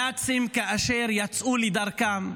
הנאצים, כאשר יצאו לדרכם,